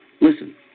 Listen